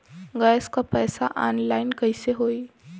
Gas क पैसा online कइसे होई?